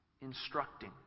instructing